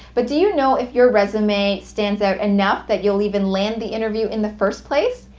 but do you know if your resume stands out enough that you'll even land the interview in the first place?